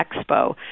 Expo